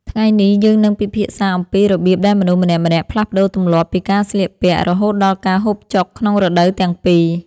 ថ្ងៃនេះយើងនឹងពិភាក្សាអំពីរបៀបដែលមនុស្សម្នាក់ៗផ្លាស់ប្តូរទម្លាប់ពីការស្លៀកពាក់រហូតដល់ការហូបចុកក្នុងរដូវទាំងពីរ។